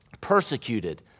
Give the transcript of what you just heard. Persecuted